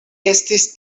estis